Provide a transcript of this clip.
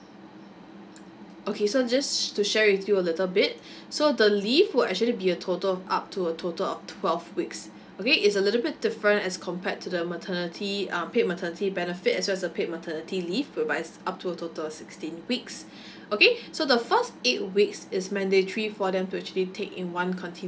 okay so just to share with you a little bit so the leave will actually be a total of up to a total of twelve weeks okay it's a little bit different as compared to the maternity um paid maternity benefit as well as the paid maternity leave whereby it's up to a total of sixteen weeks okay so the first eight weeks is mandatory for them to actually take in one continuous